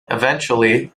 eventually